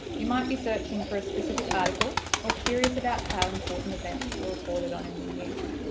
you might be searching for a specific article or curious about how important events were reported on in the news.